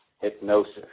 hypnosis